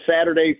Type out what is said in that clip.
Saturday